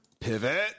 Pivot